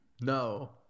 no